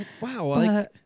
Wow